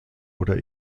oder